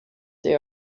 they